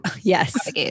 Yes